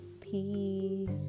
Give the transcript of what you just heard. Peace